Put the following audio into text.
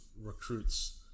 recruits